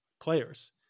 players